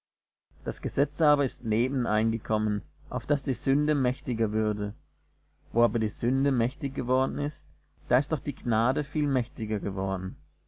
das gesetz aber ist neben eingekommen auf daß die sünde mächtiger würde wo aber die sünde mächtig geworden ist da ist doch die gnade viel mächtiger geworden